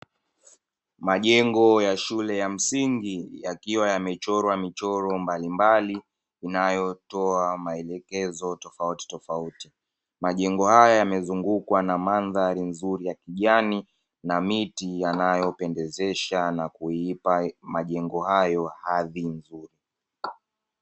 Majengo ya shule ya msingi yakiwa yamechorwa michoro mbalimbali inayotoa maelekezo tofautitofauti. Majengo haya yamezungukwa na mandhari nzuri ya kijani na miti yanayopendezesha na kuyapa majengo hayo hadhi.